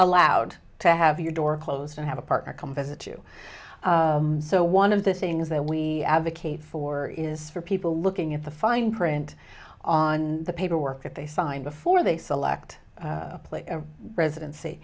allowed to have your door closed and have a partner come visit you so one of the things that we advocate for is for people looking at the fine print on the paperwork that they sign before they select a place residency